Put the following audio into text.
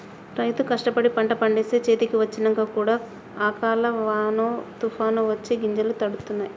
రైతు కష్టపడి పంట పండిస్తే చేతికి వచ్చినంక కూడా అకాల వానో తుఫానొ వచ్చి గింజలు తడుస్తాయ్